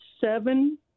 seven